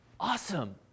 Awesome